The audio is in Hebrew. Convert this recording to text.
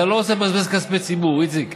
אתה לא רוצה לבזבז כספי ציבור, איציק.